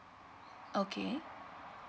okay